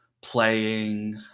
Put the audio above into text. playing